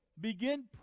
begin